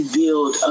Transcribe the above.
build